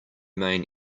main